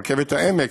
רכבת העמק,